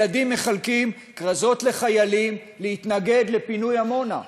ילדים מחלקים כרזות לחיילים להתנגד לפינוי עמונה.